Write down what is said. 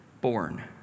born